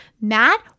Matt